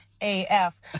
AF